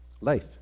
life